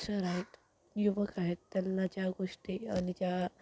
youngster आहेत युवक आहेत त्यांना ज्या गोष्टी आणि ज्या